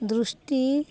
ଦୃଷ୍ଟି